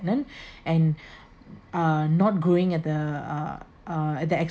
and uh not growing at the uh uh the